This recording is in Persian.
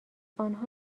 آنها